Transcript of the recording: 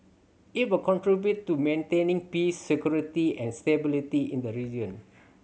it will contribute to maintaining peace security and stability in the region